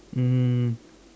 um